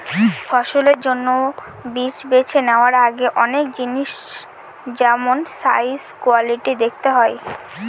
ফসলের জন্য বীজ বেছে নেওয়ার আগে অনেক জিনিস যেমল সাইজ, কোয়ালিটি দেখতে হয়